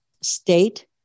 state